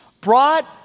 brought